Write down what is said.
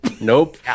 Nope